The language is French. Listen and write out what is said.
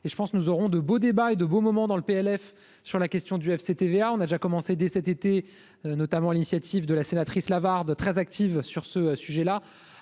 et je pense que nous aurons de beaux débats et de beaux moments dans le PLF sur la question du FCTVA on a déjà commencé, dès cet été, notamment à l'initiative de la sénatrice avare, très active sur ce sujet-là,